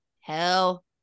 Hell